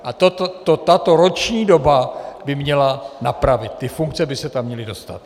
A to by ta roční doba měla napravit, ty funkce by se tam měly dostat.